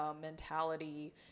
mentality